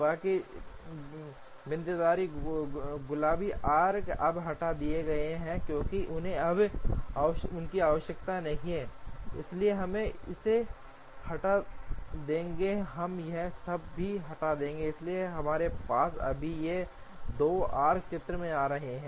बाकी बिंदीदार गुलाबी आर्क अब हटा दिए गए हैं क्योंकि उन्हें अब आवश्यकता नहीं है इसलिए हम इसे हटा देंगे हम यह सब भी हटा देंगे इसलिए हमारे पास अभी ये 2 आर्क चित्र में आ रहे हैं